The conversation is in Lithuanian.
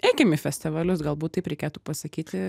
eikim į festivalius galbūt taip reikėtų pasakyti